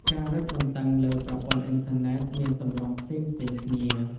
ការរឹតបន្តឹងលើប្រព័ន្ធអ៊ីនធឺណិតមានទម្រង់ផ្សេងៗគ្នា។